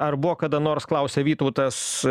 ar buvo kada nors klausia vytautas